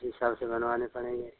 उसी हिसाब से बनवाने पड़ेंगे